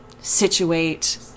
situate